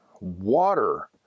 water